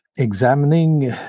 examining